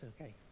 okay